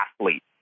athlete